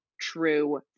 true